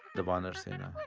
the vanar sena, right.